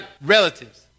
relatives